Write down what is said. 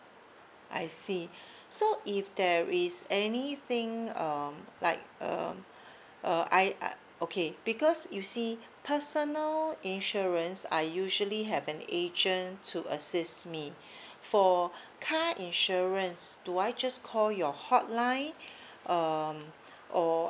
I see so if there is anything um like um uh I okay because you see personal insurance I usually have an agent to assist me for car insurance do I just call your hotline um or